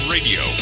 Radio